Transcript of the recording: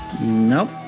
Nope